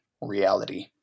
reality